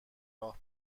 راه